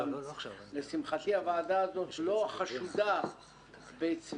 גם לשמחתי הוועדה הזאת לא חשודה בצבירת